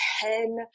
ten